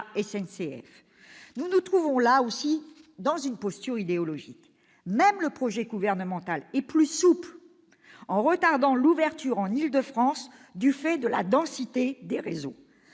SNCF. Nous nous trouvons, là aussi, face à une posture idéologique. Même le projet gouvernemental est plus souple, en retardant l'ouverture en Île-de-France du fait de la densité des réseaux.